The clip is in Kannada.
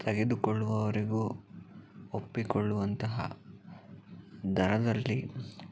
ತೆಗೆದುಕೊಳ್ಳುವವರಿಗೂ ಒಪ್ಪಿಕೊಳ್ಳುವಂತಹ ದರದಲ್ಲಿ